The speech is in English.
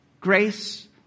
grace